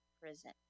prison